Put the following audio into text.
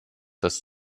dass